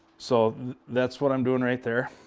so that's what i'm doing right there.